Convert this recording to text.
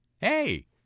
Hey